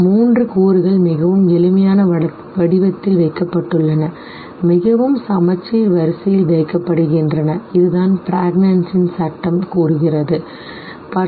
மூன்று கூறுகள் மிகவும் எளிமையான வடிவத்தில் வைக்கப்பட்டுள்ளன மிகவும் சமச்சீர் வரிசையில் வைக்கப்படுகின்றன இதுதான் ப்ராக்னான்ஸின் சட்டம் law of Prägnanz கூறுகிறது சரி